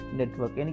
network